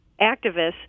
activists